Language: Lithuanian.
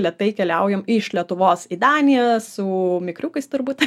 lėtai keliaujam iš lietuvos į daniją su mikriukais turbūt